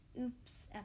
oops